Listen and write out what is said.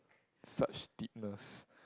such deepness